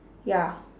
ya